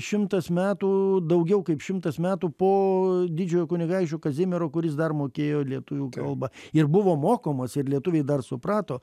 šimtas metų daugiau kaip šimtas metų po didžiojo kunigaikščio kazimiero kuris dar mokėjo lietuvių kalbą ir buvo mokomas ir lietuviai dar suprato